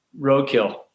roadkill